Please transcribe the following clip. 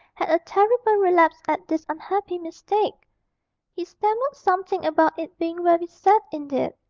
had a terrible relapse at this unhappy mistake he stammered something about it being very sad indeed,